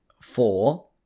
four